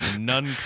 none